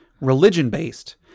religion-based